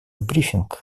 брифинг